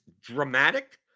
dramatic